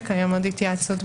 בעינינו.